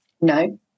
no